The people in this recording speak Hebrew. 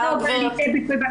התשובה היא לא.